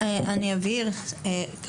יש קנס.